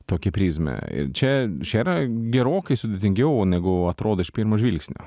tokią prizmę ir čia čia yra gerokai sudėtingiau negu atrodo iš pirmo žvilgsnio